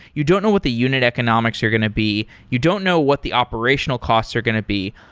you don't know what the unit economics are going to be. you don't know what the operational costs are going to be.